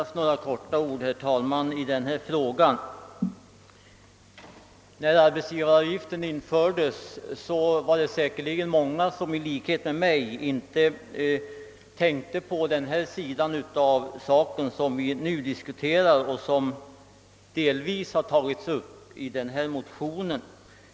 Herr talman! När arbetsgivaravgiften infördes var det säkerligen många som i likhet med mig inte tänkte på den sida av saken som vi nu diskuterar och som delvis tagits upp i förevarande motion.